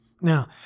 Now